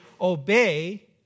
obey